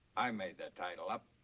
i made that title up.